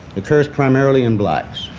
occurs primarily in blacks.